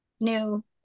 new